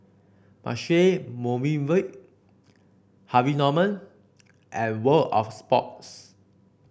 Marche Movenpick Harvey Norman and World Of Sports